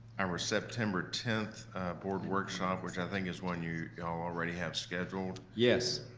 our september ten board workshop which i think is one you all already have scheduled. yes.